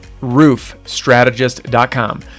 roofstrategist.com